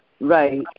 Right